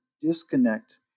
disconnect